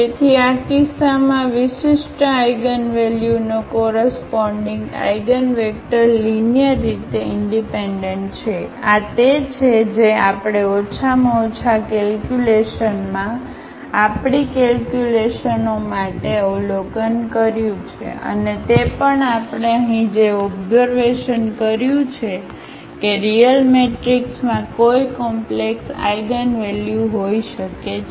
તેથી આ કિસ્સામાં વિશિષ્ટ આઇગનવલ્યુને કોરસપોન્ડીગ આઇગનવેક્ટર લીનીઅરરીતે ઇનડિપેન્ડન્ટ છે આ તે છે જે આપણે ઓછામાં ઓછા કેલ્ક્યુલેશનમાં આપણી કેલ્ક્યુલેશનઓ માટે અવલોકન કર્યું છે અને તે પણ આપણે અહીં જે ઓબ્ઝર્વેશન કર્યું છે કે રીયલ મેટ્રિક્સમાં કોઈ કોમ્પ્લેક્સ આઇગનવલ્યુ હોઈ શકે છે